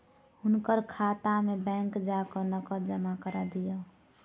हुनकर खाता में बैंक जा कय नकद जमा करा दिअ